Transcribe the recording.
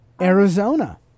Arizona